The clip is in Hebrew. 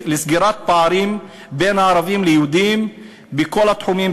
לסגירת פערים בין הערבים ליהודים בכל התחומים,